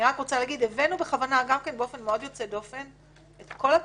אני רוצה להגיד שהבאנו בכוונה באופן יוצא דופן מאוד את כל התכנית.